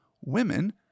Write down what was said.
Women